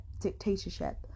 dictatorship